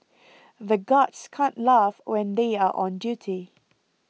the guards can't laugh when they are on duty